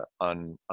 on